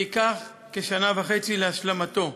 וייקח כשנה וחצי להשלימו.